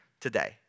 today